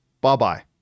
bye-bye